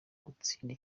gutsinda